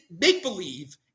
make-believe